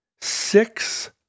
six